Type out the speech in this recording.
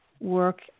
work